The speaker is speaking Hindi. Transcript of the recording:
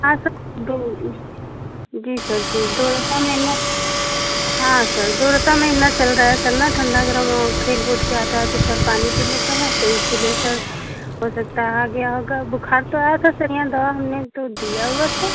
हाँ सर दो जी सर जी दूसरा महिना हाँ सर दूसरा महिना चल रहा है सर ना ठंडा गरम खेल कूदकर आता है तो सर पानी पी लेता है तो इसीलिए सर हो सकता है आ गया होगा बुखार तो आया था सर यहाँ दवा हमने तो दिया हुआ था